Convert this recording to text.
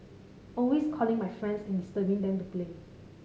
always calling my friends and disturbing them to play